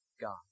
God